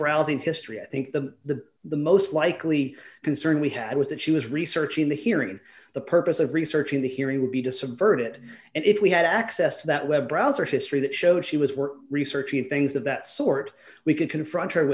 browsing history i think the the most likely concern we had was that she was researching the hearing the purpose of researching the hearing would be to subvert it and if we had access to that web browser history that show she was we're researching things of that sort we could confront